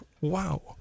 Wow